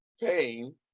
pain